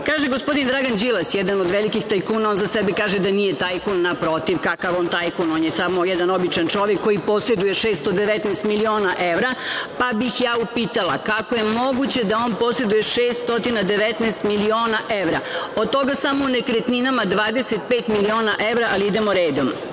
gospodin Dragan Đilas, jedan od velikih tajkuna, on za sebe kaže da nije tajkun, naprotiv, kakav je on tajkun, on je samo jedan običan čovek koji poseduje 619.000.000 evra. Pa bih ja upitala – kako je moguće da on poseduje 619.000.000 evra, od toga samo o nekretninama 25.000.000 evra, ali idemo redom. Na